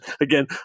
Again